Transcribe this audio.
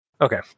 Okay